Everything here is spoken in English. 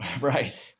Right